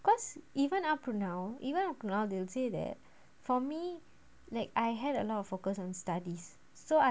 cause even up to now even now they'll say that for me like I had a lot of focus on studies so I